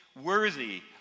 worthy